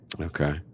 Okay